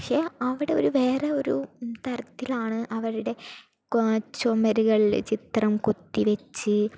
പക്ഷേ അവിടെ ഒരു വേറെ ഒരു തരത്തിലാണ് അവരുടെ ചുമരുകൾ ചിത്രം കൊത്തിവച്ച്